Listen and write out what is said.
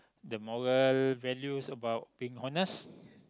the moral values about being honest